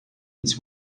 its